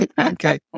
Okay